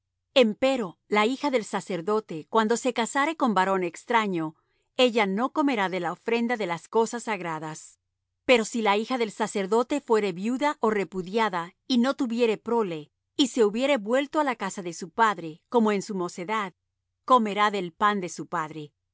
empero la hija del sacerdote cuando se casare con varón extraño ella no comerá de la ofrenda de las cosas sagradas pero si la hija del sacerdote fuere viuda ó repudiada y no tuviere prole y se hubiere vuelto á la casa de su padre como en su mocedad comerá del pan de su padre